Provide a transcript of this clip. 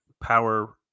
power